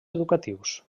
educatius